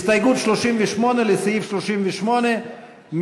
הסתייגות 38 לסעיף 38,